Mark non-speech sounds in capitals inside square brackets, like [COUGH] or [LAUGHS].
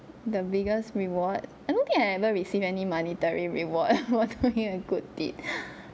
the biggest reward I don't think I ever receive any monetary reward [LAUGHS] for doing a good deed [BREATH]